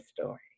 story